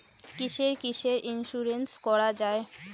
কিসের কিসের ইন্সুরেন্স করা যায়?